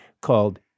called